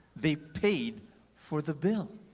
they paid for the bill.